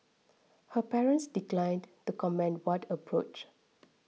her parents declined to comment when approached